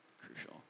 crucial